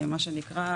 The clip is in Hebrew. מה שנקרא,